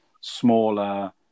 smaller